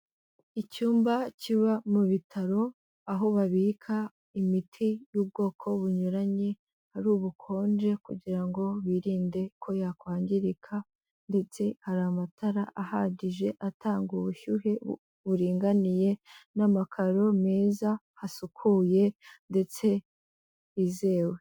Icyumba kiba mu bitaro, aho babika imiti y'ubwoko bunyuranye, hari ubukonje kugira ngo birinde ko yakwangirika ndetse hari amatara ahagije atanga ubushyuhe buringaniye n'amakaro meza, hasukuye ndetse hizewe.